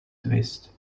twist